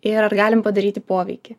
ir ar galim padaryti poveikį